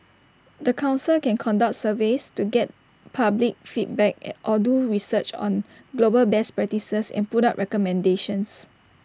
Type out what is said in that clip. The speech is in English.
the Council can conduct surveys to get public feedback and or do research on global best practices and put up recommendations